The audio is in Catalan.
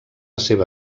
seva